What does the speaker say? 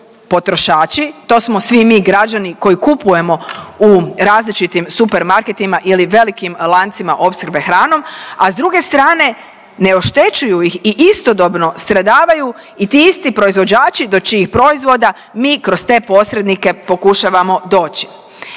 potrošači, to smo svi mi građani koji kupujemo u različitim supermarketima ili velikim lancima opskrbe hranom, a s druge strane ne oštećuju ih i istodobno stradavaju i ti isti proizvođači do čijih proizvoda mi kroz te posrednike pokušavamo doći.